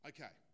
Okay